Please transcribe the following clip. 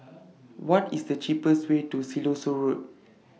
What IS The cheapest Way to Siloso Road